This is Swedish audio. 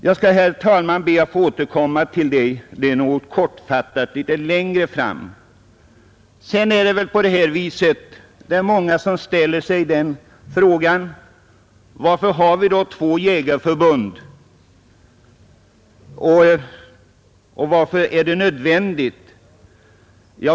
Jag skall, herr talman, be att få återkomma kortfattat till det litet längre fram. Många ställer sig frågan: Varför har vi då två jägarförbund och varför är det nödvändigt?